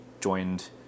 joined